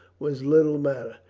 was little matter.